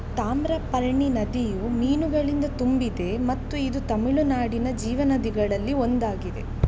ತಾಮ್ರಪರ್ಣಿ ನದಿಯು ಮೀನುಗಳಿಂದ ತುಂಬಿದೆ ಮತ್ತು ಇದು ತಮಿಳುನಾಡಿನ ಜೀವನದಿಗಳಲ್ಲಿ ಒಂದಾಗಿದೆ